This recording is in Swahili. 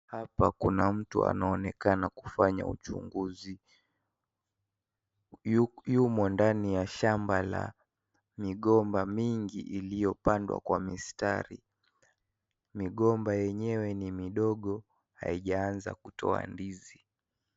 Hapa kuna mtu anaonekana kufanya uchunguzi, yumo ndani ya shamba la migomba mingi iliyopandwa kwa mistari, migomba yenyewe ni midogo haijaanza kutoa ndizi.